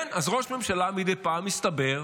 כן, אז ראש ממשלה מדי פעם, מסתבר,